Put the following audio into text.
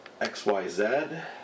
XYZ